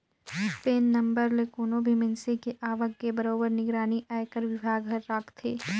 PAN number ले कोनो भी मइनसे के आवक के बरोबर निगरानी आयकर विभाग हर राखथे